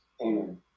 Amen